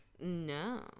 No